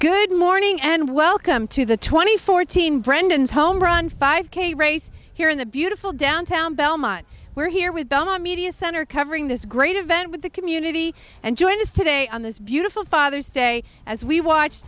good morning and welcome to the twenty fourteen brendan's home run five k race here in the beautiful downtown belmont we're here with belmont media center covering this great event with the community and join us today on this beautiful father's day as we watch